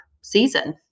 season